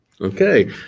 Okay